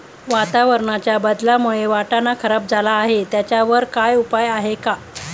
वातावरणाच्या बदलामुळे वाटाणा खराब झाला आहे त्याच्यावर काय उपाय आहे का?